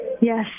Yes